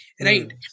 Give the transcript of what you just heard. Right